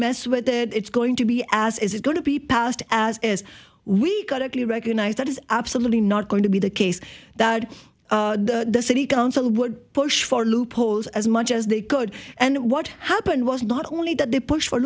mess with it it's going to be as is going to be passed as as we got actually recognize that is absolutely not going to be the case that the city council would push for loopholes as much as they could and what happened was not only that they pushed for